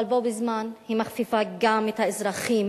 אבל בו בזמן היא מכפיפה גם את האזרחים